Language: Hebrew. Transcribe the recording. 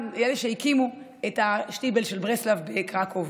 הוא היה אפילו אחד מאלה שהקימו את השטיבל של ברסלאו בקרקוב.